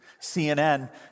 CNN